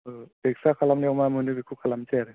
औ एक्सरे खालामनायाव मा मोनो बेखौ खालामनोसै आरो